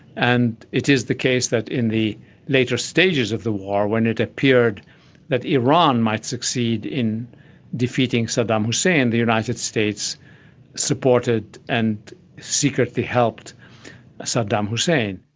and it is the case that in the later stages of the war, when it appeared that iran might succeed in defeating saddam hussein, the united states supported and secretly helped saddam hussein.